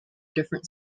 different